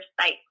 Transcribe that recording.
site